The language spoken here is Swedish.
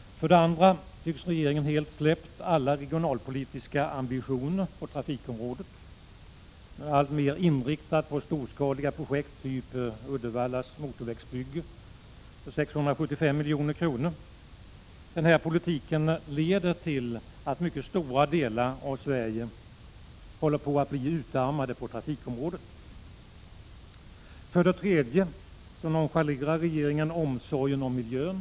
För det andra tycks regeringen helt ha släppt alla regionalpolitiska ambitioner på trafikområdet. Man är alltmer inriktad på storskaliga projekt typ Uddevallas motorvägsbygge för 675 milj.kr. Den politiken leder till att mycket stora delar av Sverige håller på att bli utarmade på trafikområdet. För det tredje nonchalerar regeringen omsorgen om miljön.